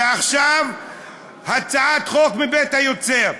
ועכשיו הצעת חוק מבית היוצר.